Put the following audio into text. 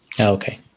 Okay